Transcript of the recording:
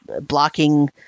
blocking